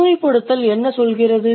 பொதுமைப்படுத்தல் என்ன சொல்கிறது